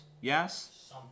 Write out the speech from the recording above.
Yes